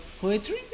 poetry